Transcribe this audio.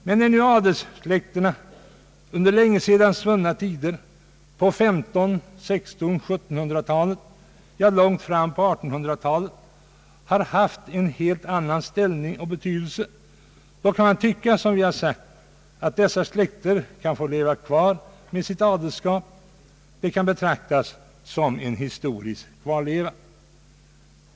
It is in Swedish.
Men när nu adelssläkterna under länge sedan svunna tider, på 1500-, 1600 och 1700-talen, ja långt fram på 1800-talet, har haft en helt annan ställning och betydelse, då kan man tycka, som vi har sagt, att dessa släkter kan få leva kvar med sitt adelskap. De kan betraktas som en historisk kvarleva.